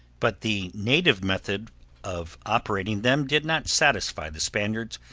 but the native method of operating them did not satisfy the spaniards,